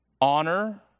Honor